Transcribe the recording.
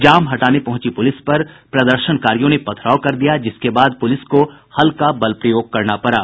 जाम हटाने पहुंची पुलिस पर प्रदर्शनकारियों ने पथराव कर दिया जिसके बाद पुलिस को हल्का बल प्रयोग करना पड़ा